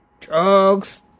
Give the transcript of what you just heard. Drugs